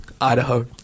idaho